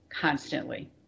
constantly